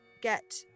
get